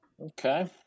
Okay